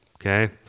Okay